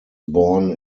born